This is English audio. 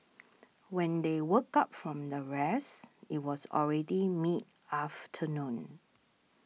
when they woke up from the rest it was already mid afternoon